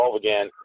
again